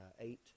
eight